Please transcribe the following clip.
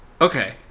Okay